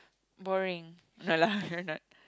boring no lah you're not